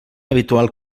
habitual